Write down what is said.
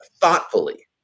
thoughtfully